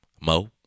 Mo